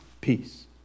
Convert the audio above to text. peace